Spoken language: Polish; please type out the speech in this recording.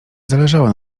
zależało